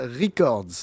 Records